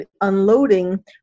unloading